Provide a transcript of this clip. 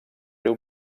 riu